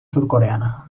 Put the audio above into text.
surcoreana